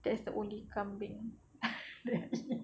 that's the only kambing that I eat